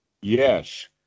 Yes